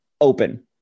open